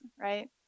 right